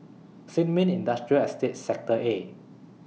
Sin Ming Industrial Estate Sector A